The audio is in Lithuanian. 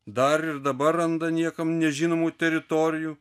dar ir dabar randa niekam nežinomų teritorijų